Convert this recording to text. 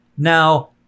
now